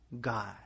God